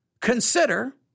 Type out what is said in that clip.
consider